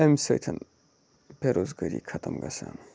اَمہِ سۭتۍ بےٚ روزگٲری ختم گَژھان